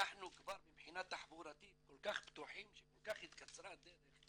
אנחנו כבר מבחינה תחבורתית כל כך פתוחים שכל כך התקצרה הדרך,